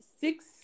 six